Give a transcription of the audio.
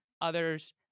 Others